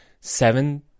seven